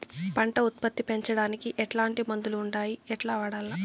పంట ఉత్పత్తి పెంచడానికి ఎట్లాంటి మందులు ఉండాయి ఎట్లా వాడల్ల?